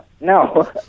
no